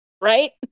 right